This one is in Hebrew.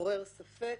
עורר ספק,